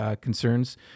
concerns